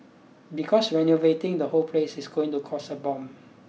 because renovating the whole place is going to cost a bomb